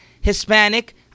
Hispanic